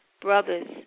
brothers